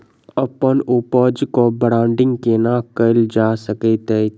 अप्पन उपज केँ ब्रांडिंग केना कैल जा सकैत अछि?